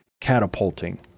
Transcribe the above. catapulting